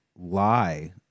lie